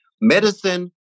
Medicine